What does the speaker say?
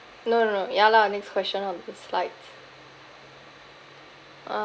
no no no ya lah next question on the slide uh